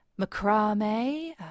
macrame